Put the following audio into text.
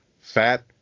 fat